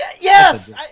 Yes